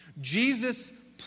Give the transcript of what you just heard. Jesus